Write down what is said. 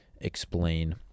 explain